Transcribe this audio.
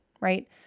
right